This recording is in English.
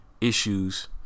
issues